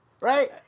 Right